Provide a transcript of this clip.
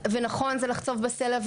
ונכון זה לחצוב בסלע,